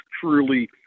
truly